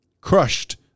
crushed